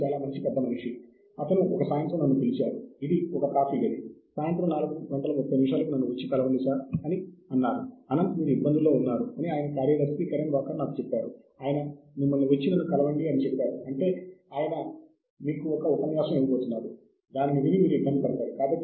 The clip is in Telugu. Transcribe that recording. ఆన్లైన్ కథనాలు పూర్తి టెక్స్ట్ రూపంలో సంబంధిత ప్రచురణకర్తల పోర్టల్స్ నుండి అందుబాటులో ఉంటాయి